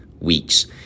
weeks